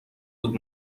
بود